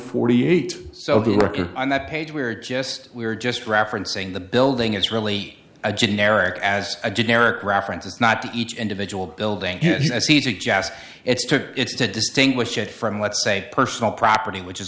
forty eight so the record on that page we're just we're just referencing the building is really a generic as a generic reference not to each individual building as he suggests it's took it's to distinguish it from let's say personal property which is